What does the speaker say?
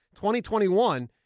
2021